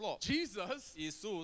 Jesus